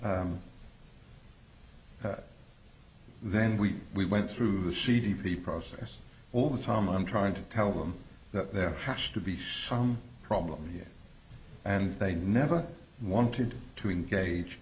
then we we went through the c d p process all the time i'm trying to tell them that there has to be sham problem here and they never wanted to engage